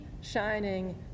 shining